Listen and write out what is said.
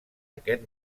aquest